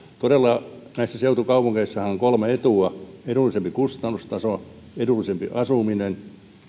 todella näissä seutukaupungeissahan on kolme etua edullisempi kustannustaso edullisempi asuminen